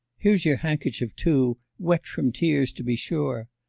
here's your handkerchief, too, wet from tears to be sure.